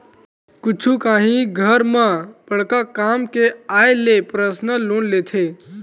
कुछु काही घर म बड़का काम के आय ले परसनल लोन लेथे